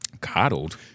Coddled